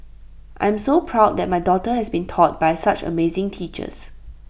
I'm so proud that my daughter has been taught by such amazing teachers